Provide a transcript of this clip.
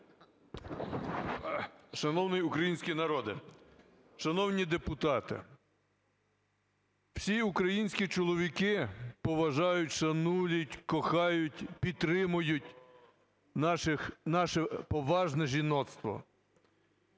Шановний український народе, шановні депутати! Всі українські чоловіки поважають, шанують, кохають, підтримують наше поважне жіноцтво,